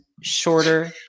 shorter